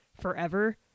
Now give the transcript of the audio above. forever